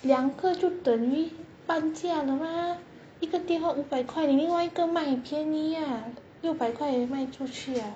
两个就等于半价了吗一个电话五百块你另外一个卖也便宜 ah 六百块也卖出去